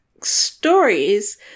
stories